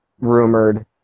rumored